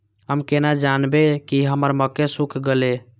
हम केना जानबे की हमर मक्के सुख गले?